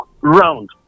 round